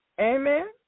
Amen